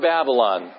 Babylon